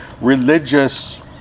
religious